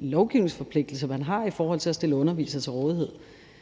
lovgivningsforpligtelse, man har, og det er at stille undervisere til rådighed.